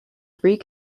three